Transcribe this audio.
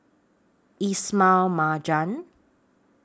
Ismail Marjan